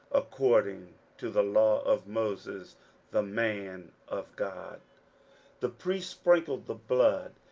according to the law of moses the man of god the priests sprinkled the blood,